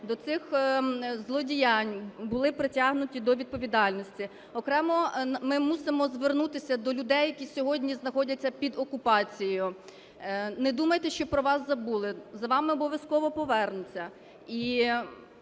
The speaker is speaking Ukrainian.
до цих злодіянь, були притягнуті до відповідальності. Окремо ми мусимо звернутися до людей, які сьогодні знаходяться під окупацією. Не думайте, що про вас забули, за вами обов'язково повернуться